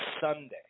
Sunday